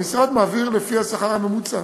המשרד מעביר לפי השכר הממוצע.